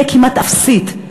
תהיה כמעט אפסית.